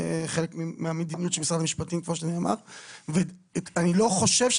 כי כמו שנאמר זה חלק מדיניות משרד המשפטים,